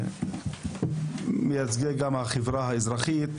מייצגי גם החברה האזרחית,